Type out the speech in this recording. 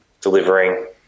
delivering